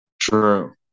true